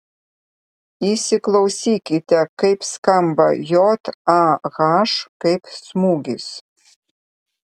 įsiklausykite kaip skamba j a h kaip smūgis